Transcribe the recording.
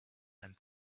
and